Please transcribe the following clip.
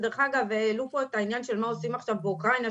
שדרך אגב העלו פה את העניין מה עושים עכשיו באוקראינה,